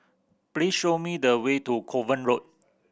please show me the way to Kovan Road